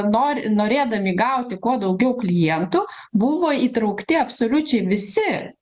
nori norėdami gauti kuo daugiau klientų buvo įtraukti absoliučiai visi